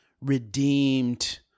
redeemed